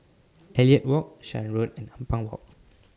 Elliot Walk Shan Road and Ampang Walk